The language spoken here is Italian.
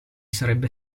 sarebbe